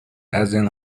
ازاین